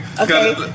Okay